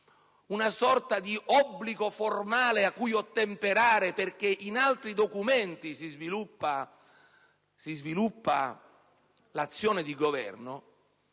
una sorta di obbligo formale cui ottemperare perché in altri provvedimenti si sviluppa l'azione di governo,